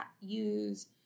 use